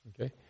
Okay